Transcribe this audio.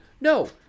No